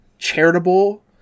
charitable